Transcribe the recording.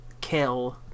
kill